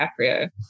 DiCaprio